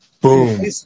Boom